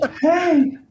Hey